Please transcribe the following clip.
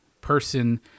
person